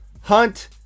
Hunt